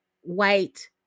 white